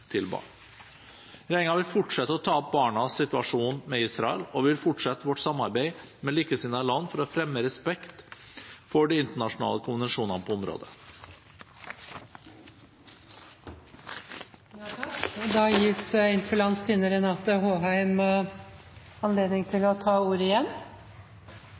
til barn. Regjeringen vil fortsette å ta opp barnas situasjon med Israel, og vi vil fortsette vårt samarbeid med likesinnede land for å fremme respekt for de internasjonale konvensjonene på området. Jeg har lyst til å